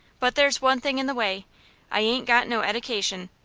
but there's one thing in the way i ain't got no eddication.